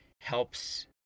helps